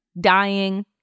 dying